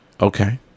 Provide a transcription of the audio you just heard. Okay